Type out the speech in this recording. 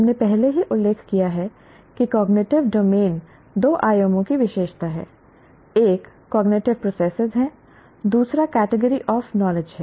हमने पहले ही उल्लेख किया है कि कॉग्निटिव डोमेन दो आयामों की विशेषता है एक कॉग्निटिव प्रोसेसेस है दूसरा कैटेगरी ऑफ नॉलेज है